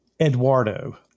Eduardo